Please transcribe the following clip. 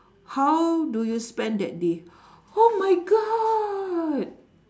how do you spend that day oh my god